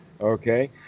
Okay